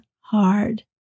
hard